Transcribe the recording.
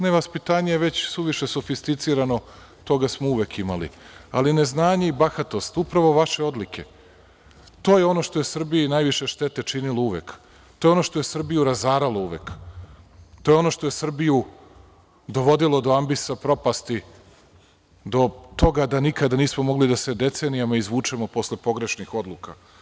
Nevaspitanje je već suviše sofisticirano i toga smo uvek imali, ali neznanje i bahatost, upravo vaše odlike, to je ono što je Srbiji najviše štete činilo oduvek, to je ono što je Srbiju razaralo uvek, to je ono što je Srbiju dovodilo do ambisa propasti, do toga da nikada nismo mogli da se decenijama izvučemo posle pogrešnih odluka.